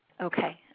Okay